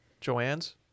Joanne's